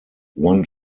one